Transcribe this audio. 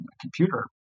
computer